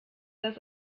das